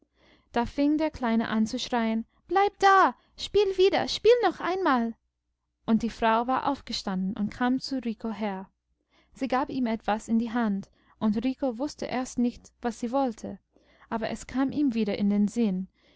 da fing der kleine an zu schreien bleib da spiel wieder spiel noch einmal und die frau war aufgestanden und kam zu rico her sie gab ihm etwas in die hand und rico wußte erst nicht was sie wollte aber es kam ihm wieder in den sinn